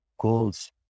goals